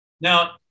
now